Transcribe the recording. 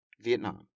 Vietnam